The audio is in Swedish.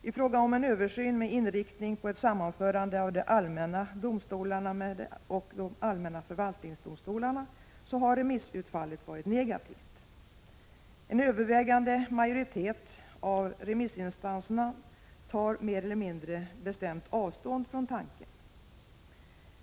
I frågan om en översyn med inriktning på ett sammanförande av de allmänna domstolarna med de allmänna förvaltningsdomstolarna har remissutfallet varit negativt. En övervägande majoritet av remissinstanserna tar mer eller mindre bestämt avstånd från tanken.